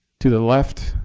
to the left,